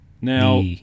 Now